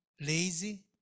lazy